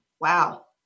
wow